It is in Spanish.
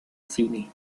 cine